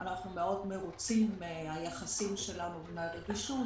אנחנו מאוד מרוצים מהיחסים שלנו ומהרגישות